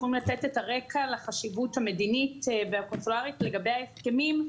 יכולים לתת את הרקע לחשיבות המדינית והקונסולרית לגבי ההסכמים,